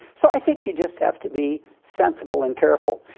so i think you just have to be sensible and careful.